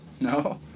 No